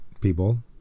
people